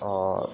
और